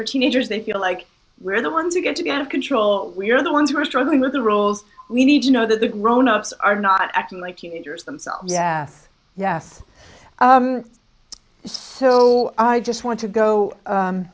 for teenagers they feel like we're the ones who get to be out of control we're the ones who are struggling with the rules we need to know that the grown ups are not acting like teenagers themselves yes yes so i just want to go